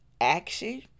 action